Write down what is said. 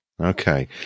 Okay